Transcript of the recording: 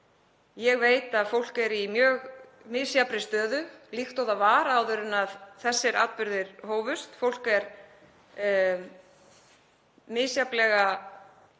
Ég veit að fólk er í mjög misjafnri stöðu, líkt og það var áður en þessir atburðir hófust. Fólk er misjafnlega sett